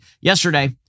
Yesterday